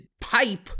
pipe